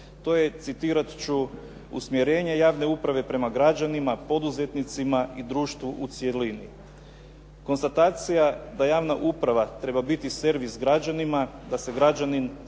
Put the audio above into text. To je citirati ću usmjerenje javne uprave prema građanima, poduzetnicima i društvu u cjelini. Konstatacija da javna uprava treba biti servis građanima, da se građanin na